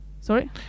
Sorry